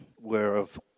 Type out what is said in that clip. whereof